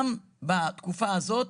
גם בתקופה הזאת,